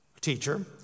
teacher